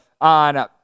on